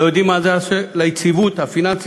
לא יודעים מה זה יעשה ליציבות הפיננסית